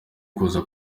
kuza